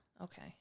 okay